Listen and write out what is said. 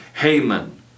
Haman